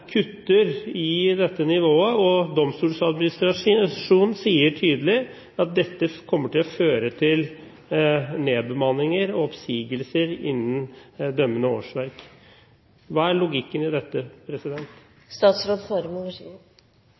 kutter i dette nivået, og Domstoladministrasjonen sier tydelig at dette kommer til å føre til nedbemanninger og oppsigelser innen dømmende årsverk. Hva er logikken i dette?